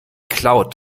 cloud